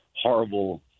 horrible